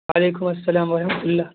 وعلیکم السلام ورحمتہ اللہ